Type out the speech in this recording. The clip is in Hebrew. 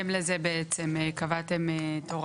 תתנו לנו זה שמראים חוסר רצון.